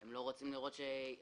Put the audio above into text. הם לא רוצים להפסיד